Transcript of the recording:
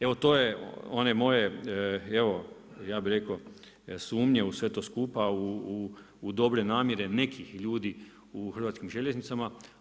Evo to je one moje, evo ja bih rekao sumnje u sve to skupa u dobre namjere nekih ljudi u Hrvatskim željeznicama.